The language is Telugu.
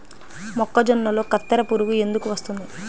మొక్కజొన్నలో కత్తెర పురుగు ఎందుకు వస్తుంది?